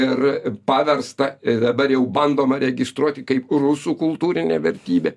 ir paversta dabar jau bandoma registruoti kaip rusų kultūrinę vertybę